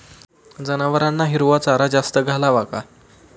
जनावरांना हिरवा चारा जास्त घालावा का?